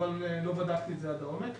אבל לא בדקתי את זה עד העומק.